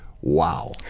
Wow